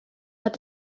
hat